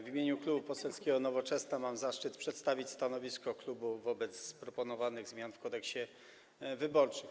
W imieniu Klubu Poselskiego Nowoczesna mam zaszczyt przedstawić stanowisko wobec proponowanych zmian w Kodeksie wyborczym.